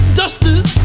dusters